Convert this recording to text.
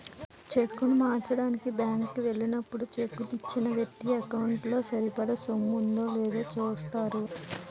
చెక్కును మార్చడానికి బ్యాంకు కి ఎల్లినప్పుడు చెక్కు ఇచ్చిన వ్యక్తి ఎకౌంటు లో సరిపడా సొమ్ము ఉందో లేదో చూస్తారు